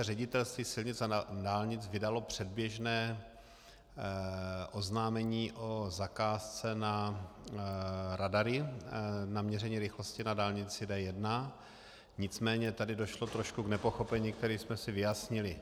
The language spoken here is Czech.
Ředitelství silnic a dálnic sice vydalo předběžné oznámení o zakázce na radary, na měření rychlosti na dálnici D1, nicméně tady došlo trošku k nepochopení, které jsme si vyjasnili.